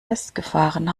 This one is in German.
festgefahren